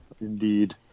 Indeed